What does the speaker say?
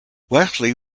wesley